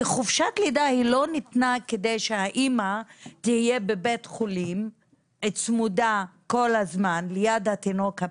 כי חופשת לידה לא ניתנה כדי שהאימא תהיה בבית חולים צמודה לתינוק הפג.